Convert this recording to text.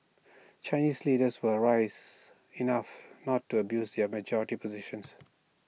Chinese leaders were rise enough not to abuse yet majority positions